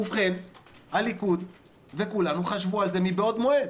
ובכן, הליכוד וכולנו חשבו על זה מבעוד מועד.